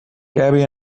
gabby